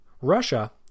Russia